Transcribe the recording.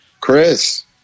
Chris